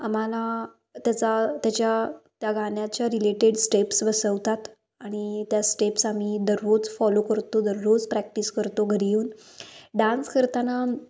आम्हाला त्याचा त्याच्या त्या गाण्याच्या रिलेटेड स्टेप्स बसवतात आणि त्या स्टेप्स आम्ही दररोज फॉलो करतो दररोज प्रॅक्टिस करतो घरी येऊन डान्स करताना